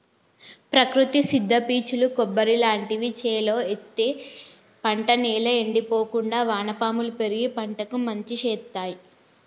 ప్రకృతి సిద్ద పీచులు కొబ్బరి లాంటివి చేలో ఎత్తే పంట నేల ఎండిపోకుండా వానపాములు పెరిగి పంటకు మంచి శేత్తాయ్